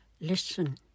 listen